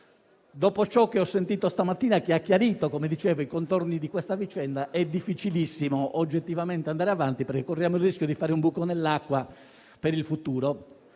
dopo ciò che ho sentito stamattina, che ha chiarito i contorni di questa vicenda, è difficilissimo oggettivamente andare avanti perché corriamo il rischio di fare un buco nell'acqua per il futuro